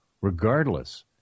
Regardless